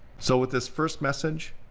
so with this first message,